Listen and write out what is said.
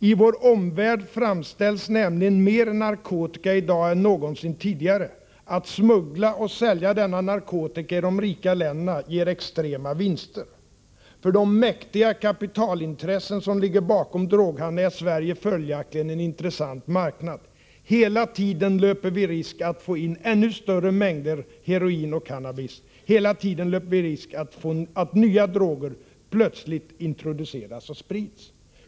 I vår omvärld framställs nämligen mer narkotika i dag än någonsin tidigare. Att smuggla och sälja denna narkotika i de rika länderna ger extremt höga vinster. För de mäktiga kapitalintressen som ligger bakom droghandeln är Sverige följaktligen en intressant marknad. Hela tiden löper vi risk att få in ännu större mängder heroin och cannabis. Hela tiden löper vi risk att nya droger plötsligt introduceras och sprids.